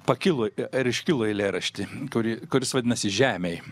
pakilo ar iškilo eilėrašty kuri kuris vadinasi žemėj